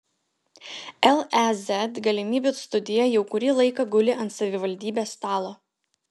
lez galimybių studija jau kurį laiką guli ant savivaldybės stalo